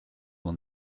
will